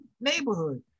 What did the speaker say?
neighborhood